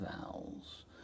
vowels